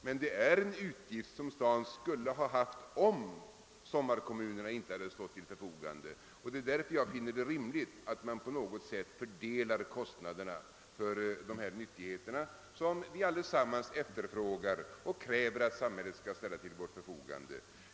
Men det är en utgift som staden skulle ha haft, om sommarkommunerna inte hade stått till förfogande. Det är därför jag finner det rimligt, att man på något sätt fördelar kostnaderna för dessa nyttigheter som vi allesammans efterfrågar och kräver att samhället skall ställa till vårt förfogande.